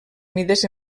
mides